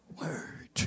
word